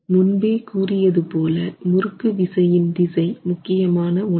முன்பே கூறியதுபோல முறுக்கு விசையின் திசை முக்கியமான ஒன்று